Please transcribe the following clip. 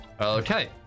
Okay